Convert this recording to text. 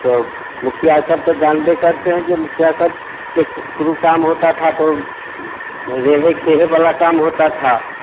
तब मुखिया ये सब जानते करते हैं जो मुखिया सब के फुल वह काम होता था तो रहे खहे वाला काम होता था